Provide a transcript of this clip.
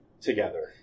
together